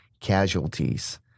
casualties